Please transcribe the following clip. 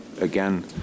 again